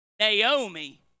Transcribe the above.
Naomi